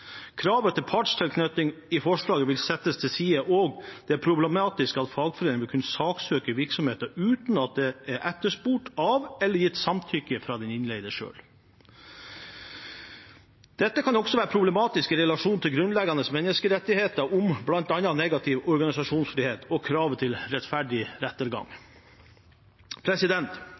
Kravet til partstilknytning i forslaget vil settes til side, også det problematiske ved at fagforeningen vil kunne saksøke virksomheten uten at det er etterspurt av eller gitt samtykke fra den innleide selv. Dette kan også være problematisk i relasjon til grunnleggende menneskerettigheter om bl.a. negativ organisasjonsfrihet og kravet til rettferdig rettergang.